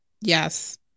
Yes